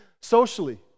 socially